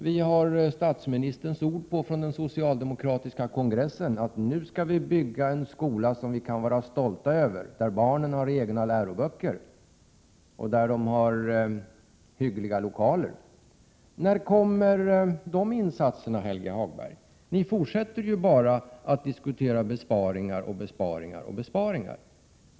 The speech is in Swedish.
Vi har statsministerns ord från den socialdemokratiska kongressen på att vi nu skall bygga en skola som vi kan vara stolta över, där barnen har egna läroböcker och där de har bra lokaler. När kommer de insatserna att göras, Helge Hagberg? Ni fortsätter bara att diskutera besparingar och åter besparingar.